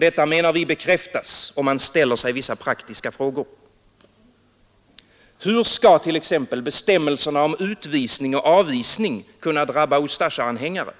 Detta bekräftas om man ställer sig vissa praktiska frågor. Hur skall t.ex. bestämmelserna om utvisning och avvisning kunna drabba Ustasja-anhängare?